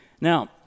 Now